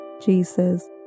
Jesus